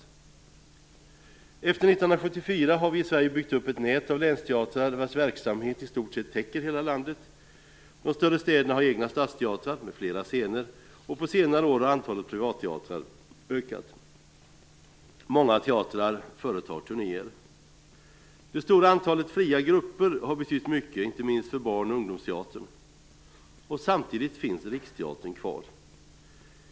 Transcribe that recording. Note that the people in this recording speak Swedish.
Efter 1974 har vi i Sverige byggt upp ett nät av länsteatrar, vars verksamhet i stort sett täcker hela landet. De större städerna har egna stadsteatrar med flera scener, och på senare år har antalet privatteatrar ökat. Många teatrar företar turnéer. Det stora antalet fria grupper har betytt mycket, inte minst för barn och ungdomsteater. Samtidigt finns Riksteatern kvar.